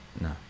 No